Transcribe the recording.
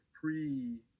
pre